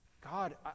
God